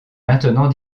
maintenant